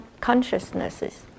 consciousnesses